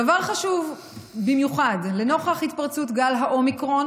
דבר חשוב במיוחד: לנוכח התפרצות גל האומיקרון